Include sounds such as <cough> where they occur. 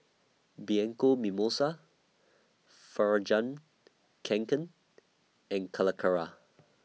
Bianco Mimosa fur <unintelligible> Kanken and Calacara